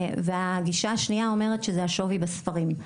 והגישה השנייה אומרת שזה השווי בספרים,